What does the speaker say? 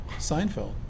Seinfeld